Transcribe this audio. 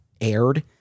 aired